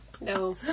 No